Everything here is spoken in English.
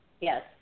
Yes